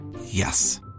Yes